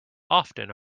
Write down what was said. often